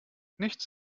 nichts